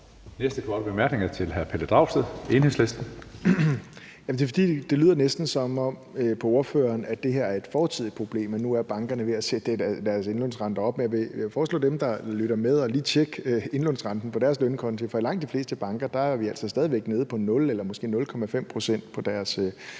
Næste korte bemærkning er til hr. Pelle Dragsted, Enhedslisten. Kl. 18:57 Pelle Dragsted (EL): Det lyder næsten på ordføreren, som om det her er et fortidigt problem, og at bankerne nu er ved at sætte deres indlånsrenter op. Jeg vil foreslå dem, der lytter med, lige at tjekke indlånsrenten på deres lønkonto. For i langt de fleste banker er vi altså stadig væk nede på 0 pct. eller måske 0,5 pct. på lønkonti.